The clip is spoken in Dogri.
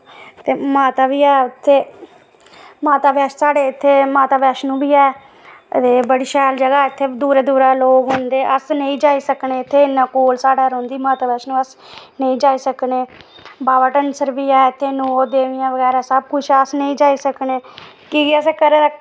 ते माता बी ऐ उत्थै माता साढ़े इत्थै माता वैष्णो बी ऐ ते बड़ी शैल जगह् इत्थै बड़े दूरा दूरा लोक औंदे अस नेईं जाई सकने एह् इन्ना कोल रौंह्दी माता वैष्णो अस नेईं जाई सकने बाबा डनसर बी ऐ इत्थै नौ देवियां बगैरा सबकिश बाऽ अस नेईं जाई सकने की के असें घरै दा